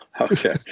Okay